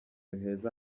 heza